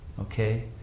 Okay